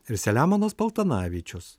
ir selemonas paltanavičius